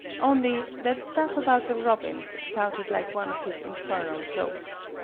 only, that stuff about the robins sounded like one of his infernal jokes.